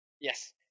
Yes